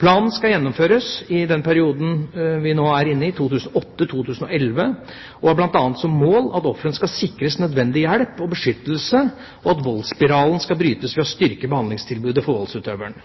Planen skal gjennomføres i den perioden vi nå er inne i – 2008–2011 – og har bl.a. som mål at ofrene skal sikres nødvendig hjelp og beskyttelse, og at voldsspiralen skal brytes ved å styrke behandlingstilbudet til voldsutøveren.